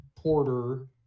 porter